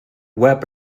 web